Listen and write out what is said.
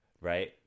right